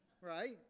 Right